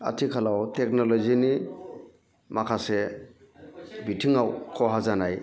आथिखालाव टेकनलजिनि माखासे बिथिङाव खहा जानाय